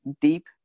deep